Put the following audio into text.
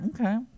okay